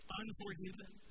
unforgiven